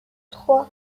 trois